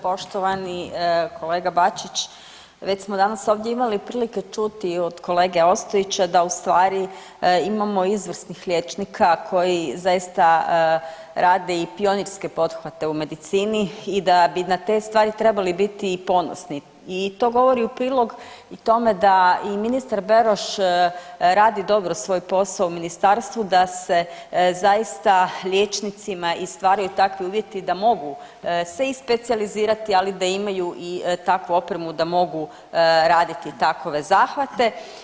Poštovani kolega Bačić, već smo danas ovdje imali prilike čuti od kolege Ostojića da u stvari imamo izvrsnih liječnika koji zaista rade i pionirske pothvate u medicini i da bi na te stvari trebali biti i ponosni i to govori u prilog i tome da i ministar Beroš radi dobro svoj posao u ministarstvu, da se zaista liječnicima i stvaraju takvi uvjeti da mogu se i specijalizirati, ali da imaju i takvu opremu da mogu raditi takove zahvate.